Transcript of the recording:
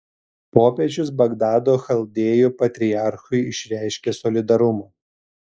popiežius bagdado chaldėjų patriarchui išreiškė solidarumą